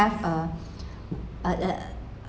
have a a a